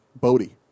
Bodie